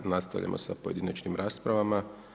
Nastavljamo sa pojedinačnim raspravama.